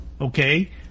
okay